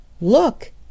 Look